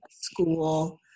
school